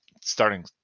starting